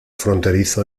fronterizo